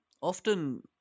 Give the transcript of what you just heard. Often